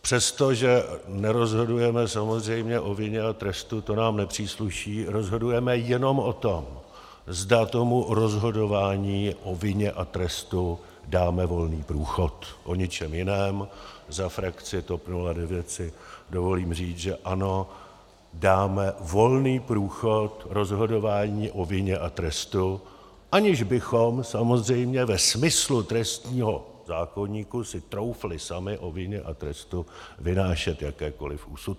Přestože nerozhodujeme samozřejmě o vině a trestu, to nám nepřísluší, rozhodujeme jenom o tom, zda tomu rozhodování o vině a trestu dáme volný průchod, o ničem jiném, za frakci TOP 09 si dovolím říct, že ano, dáme volný průchod rozhodování o vině a trestu, aniž bychom samozřejmě ve smyslu trestního zákoníku si troufli sami o vině a trestu vynášet jakékoliv úsudky.